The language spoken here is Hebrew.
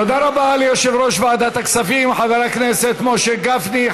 תודה רבה ליושב-ראש ועדת הכספים חבר הכנסת משה גפני.